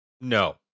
no